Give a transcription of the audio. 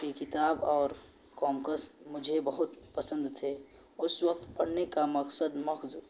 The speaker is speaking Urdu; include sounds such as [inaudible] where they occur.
کی کتاب اور [unintelligible] مجھے بہت پسند تھے اس وقت پڑھنے کا مقصد مخض